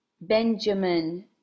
Benjamin